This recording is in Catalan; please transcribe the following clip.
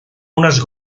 unes